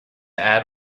add